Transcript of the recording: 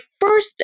first